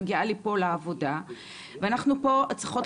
מגיעה לפה לעבודה ואנחנו פה צריכות